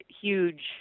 huge